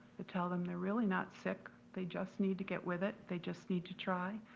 to tell them they're really not sick, they just need to get with it, they just need to try,